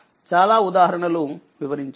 చాలా ఉదాహరణలు వివరించాను